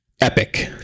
epic